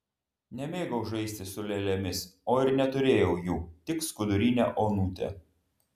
nemėgau žaisti su lėlėmis o ir neturėjau jų tik skudurinę onutę